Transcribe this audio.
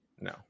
no